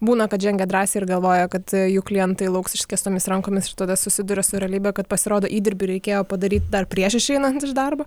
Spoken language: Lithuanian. būna kad žengia drąsiai ir galvoja kad jų klientai lauks išskėstomis rankomis ir tada susiduria su realybe kad pasirodo įdirbį reikėjo padaryt dar prieš išeinant iš darbo